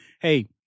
hey